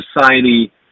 society